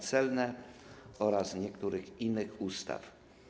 Prawo celne oraz niektórych innych ustaw.